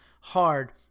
hard